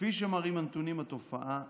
כפי שמראים הנתונים, התופעה קיימת.